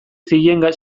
zien